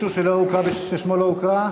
ששמו לא הוקרא?